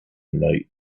night